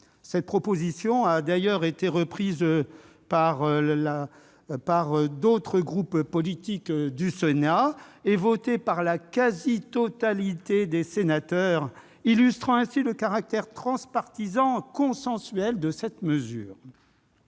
Cette proposition a d'ailleurs été reprise par d'autres groupes politiques du Sénat et votée par la quasi-totalité des sénateurs, ce qui illustre le caractère transpartisan et consensuel d'une telle mesure.